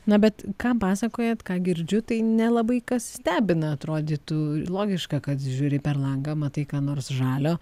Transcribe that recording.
na bet ką pasakojat ką girdžiu tai nelabai kas stebina atrodytų logiška kad žiūri per langą matai ką nors žalio